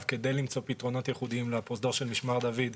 כדי למצוא פתרונות ייחודיים לפרוזדור של משמר דוד.